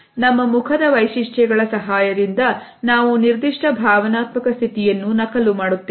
ನಮ್ಮ ಮುಖದ ವೈಶಿಷ್ಟ್ಯಗಳ ಸಹಾಯದಿಂದ ನಾವು ನಿರ್ದಿಷ್ಟ ಭಾವನಾತ್ಮಕ ಸ್ಥಿತಿಯನ್ನು ನಕಲು ಮಾಡುತ್ತೇವೆ